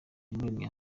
iyamuremye